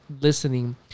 listening